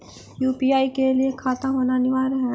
UPI के लिए खाता होना अनिवार्य है?